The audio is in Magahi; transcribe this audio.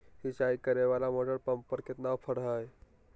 सिंचाई करे वाला मोटर पंप पर कितना ऑफर हाय?